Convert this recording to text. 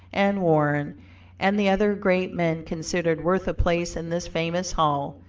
and warren and the other great men considered worth a place in this famous hall,